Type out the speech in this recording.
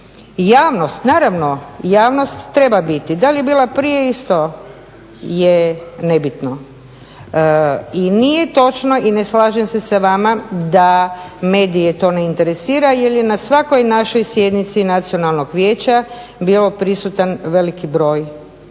Javnost, naravno javnost treba biti. Da li je bila prije isto je nebitno. I nije točno i ne slažem se sa vama da medije to ne interesira, jer je na svakoj našoj sjednici Nacionalnog vijeća bio prisutan veliki broj